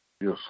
Yes